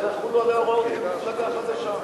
אז יחולו עליה הוראות כמפלגה חדשה.